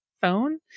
phone